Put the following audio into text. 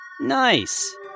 Nice